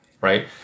right